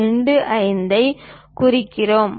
25 ஐ குறிக்கிறோம்